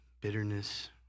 bitterness